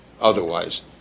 otherwise